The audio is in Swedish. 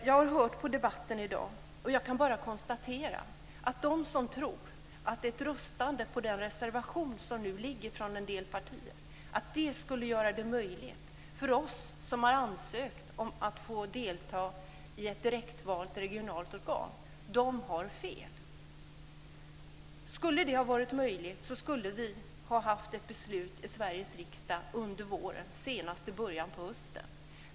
Jag har hört på debatten i dag, och jag kan bara konstatera att de som tror att ett röstande på den reservation som nu föreligger från en del partier skulle göra det möjligt för oss som har ansökt om att få delta i ett direktval till ett regionalt organ har fel. Skulle det ha varit möjligt så skulle vi ha haft ett beslut i Sveriges riksdag under våren eller senast i början på hösten.